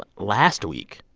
last week,